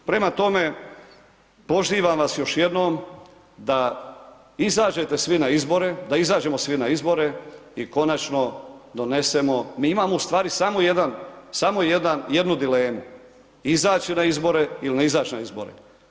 Prema tome, pozivam vas još jednom da izađete svi na izbore, da izađemo svi na izbore i konačno donesemo, mi imamo ustvari samo jednu dilemu, izaći na izbore ili ne izaći na izbore.